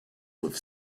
with